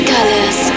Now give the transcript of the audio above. Colors